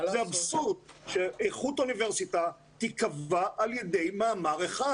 זה אבסורד שאיכות אוניברסיטה תיקבע על ידי מאמר אחד